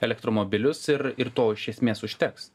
elektromobilius ir ir to iš esmės užteks